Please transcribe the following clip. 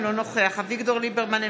אינו נוכח אביגדור ליברמן,